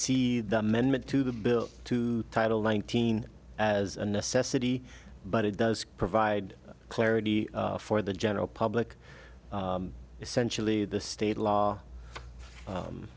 see the amendment to the bill to title nineteen as a necessity but it does provide clarity for the general public essentially the state law